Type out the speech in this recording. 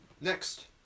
next